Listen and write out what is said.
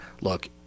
Look